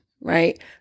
right